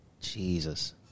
Jesus